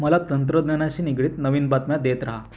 मला तंत्रज्ञानाशी निगडीत नवीन बातम्या देत रहा